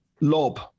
lob